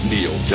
Neil